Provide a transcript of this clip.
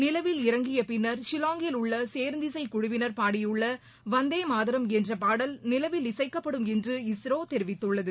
நிலவில் இறங்கிய பின்னர் ஷில்லாங்கில் உள்ள சேர்ந்திசை குழுவினர் பாடியுள்ள வந்தே மாதரம் என்ற பாடல் நிலவில் இசைக்கப்படும் என்று இஸ்ரோ தெரிவித்துள்ளது